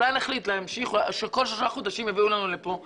אולי נחליט שכל שלושה חודשים יביאו לנו לפה דיווח.